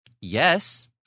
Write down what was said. yes